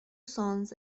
sons